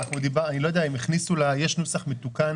אני לא יודע אם הכניסו יש נוסח מתוקן